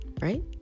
Right